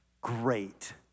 great